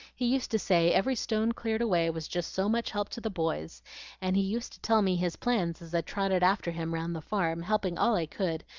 he used to say every stone cleared away was just so much help to the boys and he used to tell me his plans as i trotted after him round the farm, helping all i could,